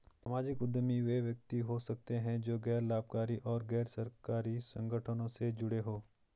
सामाजिक उद्यमी वे व्यक्ति हो सकते हैं जो गैर लाभकारी और गैर सरकारी संगठनों से जुड़े हों